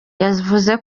yavuze